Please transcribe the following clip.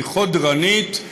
היא חודרנית,